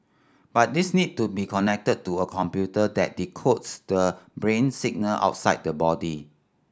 but these need to be connected to a computer that decodes the brain signal outside the body